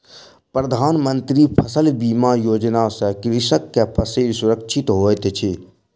प्रधान मंत्री फसल बीमा योजना सॅ कृषक के फसिल सुरक्षित होइत अछि